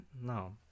No